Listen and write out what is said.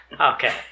Okay